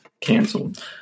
canceled